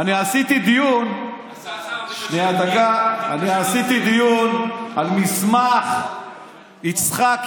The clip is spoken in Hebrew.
אתה השר המקשר, אני עשיתי דיון על מסמך יצחקי.